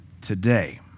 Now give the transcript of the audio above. today